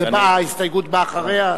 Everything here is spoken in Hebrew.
ההסתייגות באה אחרי, ?